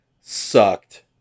sucked